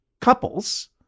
couples